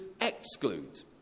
exclude